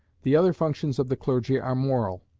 the other functions of the clergy are moral,